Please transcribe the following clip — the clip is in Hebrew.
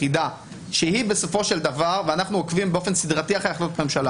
אנחנו עוקבים באופן סדרתי אחרי החלטות ממשלה